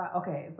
okay